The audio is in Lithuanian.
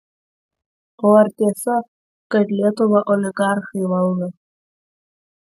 o ar tiesa kad lietuvą oligarchai valdo